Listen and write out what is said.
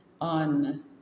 on